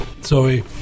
Sorry